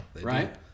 right